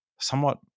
somewhat